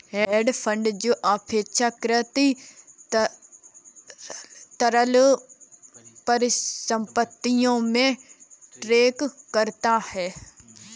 hedge fund जो अपेक्षाकृत तरल परिसंपत्तियों में ट्रेड करता है